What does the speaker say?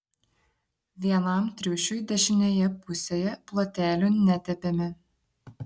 vienam triušiui dešinėje pusėje plotelių netepėme